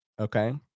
Okay